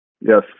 Yes